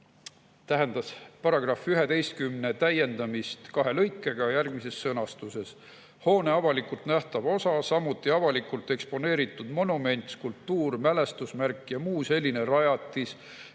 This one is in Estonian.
tähendas § 11 täiendamist kahe lõikega järgmises sõnastuses: "Hoone avalikult nähtav osa, samuti avalikult eksponeeritud monument, skulptuur, mälestusmärk ja muu selline rajatis